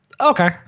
Okay